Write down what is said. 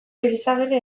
eizagirre